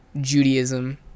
Judaism